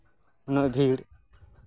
ᱩᱱᱟᱹᱜ ᱵᱷᱤᱲ